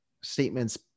statements